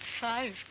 Five